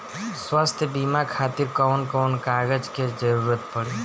स्वास्थ्य बीमा खातिर कवन कवन कागज के जरुरत पड़ी?